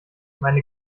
meine